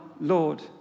Lord